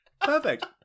perfect